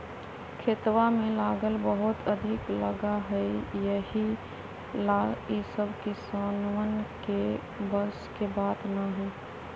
खेतवा में लागत बहुत अधिक लगा हई यही ला ई सब किसनवन के बस के बात ना हई